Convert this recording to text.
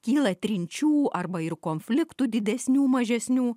kyla trinčių arba ir konfliktų didesnių mažesnių